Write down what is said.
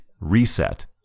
reset